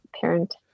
parent